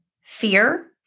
fear